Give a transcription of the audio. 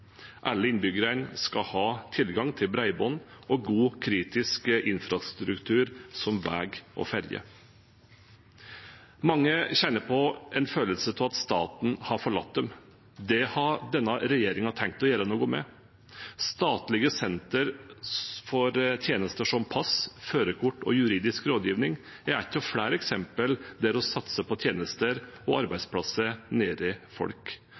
Alle innbyggerne skal ha tilgang til bredbånd og god kritisk infrastruktur, som vei og ferje. Mange kjenner på en følelse av at staten har forlatt dem. Det har denne regjeringen tenkt å gjøre noe med. Statlige senter for tjenester som pass, førerkort og juridisk rådgivning er et av flere eksempler på at vi satser på tjenester og arbeidsplasser nært folk.